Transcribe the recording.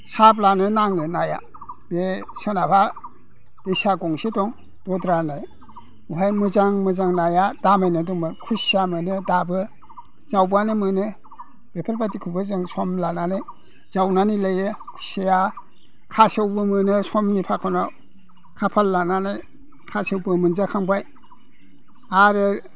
साब्लानो नाङो नाया बे सोनाबहा दैसा गंसे दं दद्रा होननाय बेवहाय मोजां मोजां नाया दामायना दंमोन खुसिया मोनो दाबो जावब्लानो मोनो बेफोरबादिखौबो जों सम लानानै जावनानै लायो खुसिया खासेवबो मोनो समनि फाखनाव खाफाल लानानै खासेवबो मोनजाखांबाय आरो